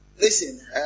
listen